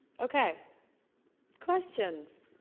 ok questions